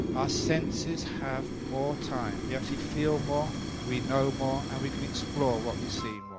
our senses have more time we actually feel more, we know more and we can explore what we see more.